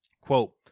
Quote